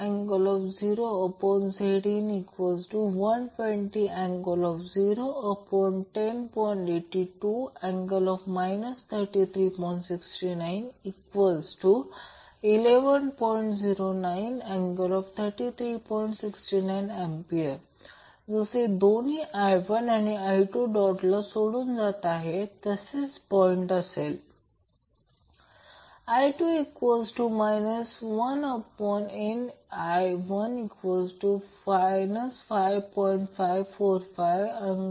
69A जसे दोन्ही I1 आणि I2 डॉटला सोडून जात आहेत पॉईंट असेल I2 1nI1 5